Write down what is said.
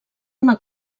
una